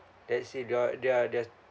let's say got they are the